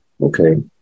Okay